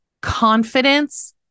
confidence